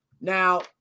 Now